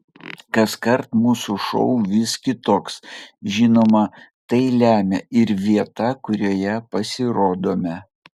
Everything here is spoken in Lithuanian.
kaskart mūsų šou vis kitoks žinoma tai lemia ir vieta kurioje pasirodome